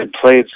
played